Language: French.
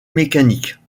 mécanique